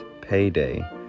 payday